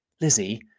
Lizzie